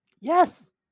Yes